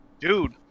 Dude